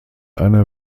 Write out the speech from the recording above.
einer